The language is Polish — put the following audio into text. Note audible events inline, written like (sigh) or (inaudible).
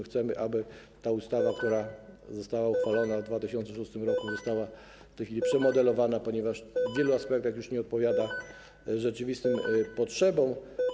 Chcemy, aby ustawa, (noise) która została uchwalona w 2006 r., została w tej chwili przemodelowana, ponieważ w wielu aspektach już nie odpowiada rzeczywistym potrzebom.